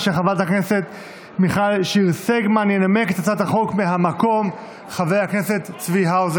אני קובע כי הצעת חוק זכויות